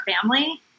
family